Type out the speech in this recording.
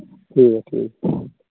ٹھیک ہے ٹھیک